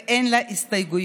ואין לה הסתייגויות.